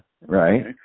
Right